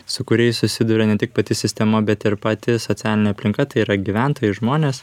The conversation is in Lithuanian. su kuriais susiduria ne tik pati sistema bet ir pati socialinė aplinka tai yra gyventojai žmonės